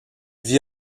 vit